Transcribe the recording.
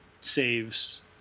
saves